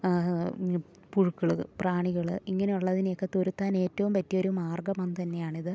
പുഴുക്കൾ പ്രാണികൾ ഇങ്ങനെയുള്ളതിനെയൊക്കെ തുരത്താൻ ഏറ്റവും പറ്റിയൊരു മാർഗ്ഗം തന്നെയാണിത്